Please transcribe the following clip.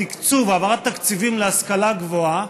בתקצוב, העברת תקציבים, להשכלה הגבוהה,